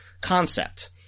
concept